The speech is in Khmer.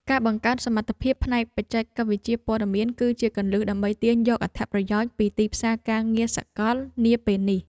ការបង្កើនសមត្ថភាពផ្នែកបច្ចេកវិទ្យាព័ត៌មាន គឺជាគន្លឹះដើម្បីទាញយកអត្ថប្រយោជន៍ពីទីផ្សារការងារសកលនាពេលនេះ។